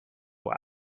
out